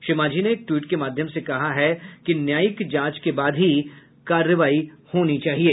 श्री मांझी ने एक ट्वीट के माध्यम से कहा है कि न्यायिक जांच के बाद ही कार्रवाई होनी चाहिए